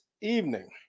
evening